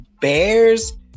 Bears